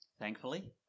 Thankfully